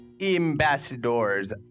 ambassadors